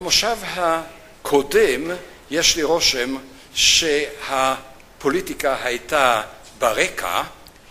במושב הקודם יש לי רושם שהפוליטיקה הייתה ברקע